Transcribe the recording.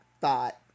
thought